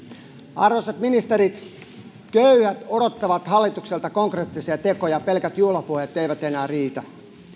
arvoisat ministerit köyhät odottavat hallitukselta konkreettisia tekoja pelkät juhlapuheet eivät enää riitä